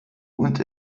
und